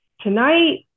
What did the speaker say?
Tonight